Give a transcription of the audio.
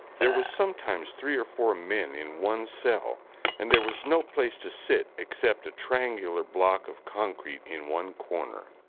there were sometimes three or four men in one cell and there was no place to sit except a triangular block of concrete in one corner